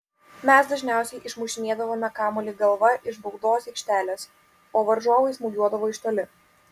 mes dažniausiai išmušinėdavome kamuolį galva iš baudos aikštelės o varžovai smūgiuodavo iš toli